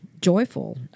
joyful